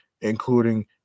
including